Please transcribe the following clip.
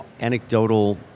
anecdotal